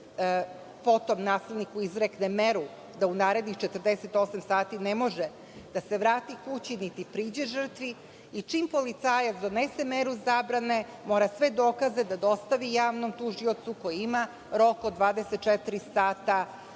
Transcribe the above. potom nasilniku izrekne meru da u narednih 48 sati ne može da se vrati kući, niti priđe žrtvi i čim policajac donese meru zabrane mora sve dokaze da dostavi javnom tužiocu koji ima rok od 24 sata,